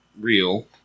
real